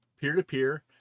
peer-to-peer